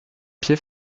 pied